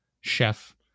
chef